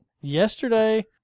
Yesterday